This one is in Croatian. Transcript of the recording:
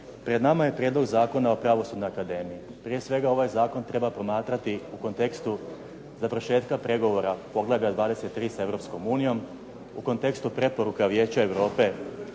Pred nama je Prijedlog zakona o Pravosudnoj akademiji. Prije svega, ovaj zakon treba promatrati u kontekstu završetka pregovora Poglavlja 23 sa Europskom unijom u kontekstu preporuka Vijeća Europe